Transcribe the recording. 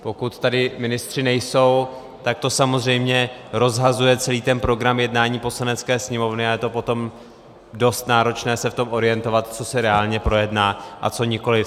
Pokud tady ministři nejsou, tak to samozřejmě rozhazuje celý ten program jednání Poslanecké sněmovny a je potom dost náročné se v tom orientovat, co se reálně projedná a co nikoliv.